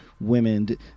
women